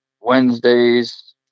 wednesdays